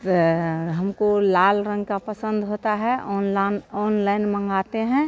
तो हमको लाल रंग का पसंद होता है ऑनलान ऑनलइन मँगाते हैं